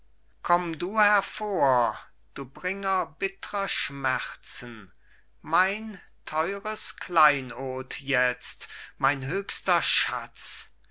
komm du hervor du bringer bittrer schmerzen mein teures kleinod jetzt mein höchster schatz